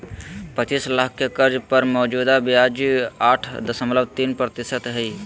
पचीस लाख के कर्ज पर मौजूदा ब्याज दर आठ दशमलब तीन प्रतिशत हइ